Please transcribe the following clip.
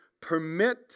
permit